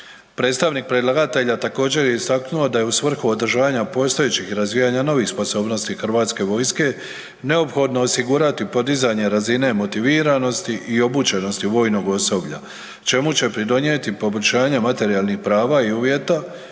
Predstavnik predlagatelja također je istaknuo da je u svrhu održavanja postojećih i razvijanja novih sposobnosti Hrvatske vojske neophodno osigurati podizanje razine motiviranosti i obučenosti vojnog osoblja čemu će pridonijeti poboljšanje materijalnih prava i uvjeta